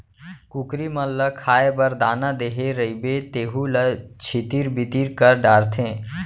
कुकरी मन ल खाए बर दाना देहे रइबे तेहू ल छितिर बितिर कर डारथें